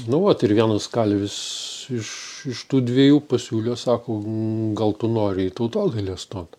nu vat ir vienas kalvis iš tų dviejų pasiūlė sako gal tu nori į tautodailę stot